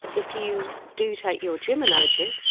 if you do take your gym analogy,